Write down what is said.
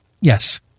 Yes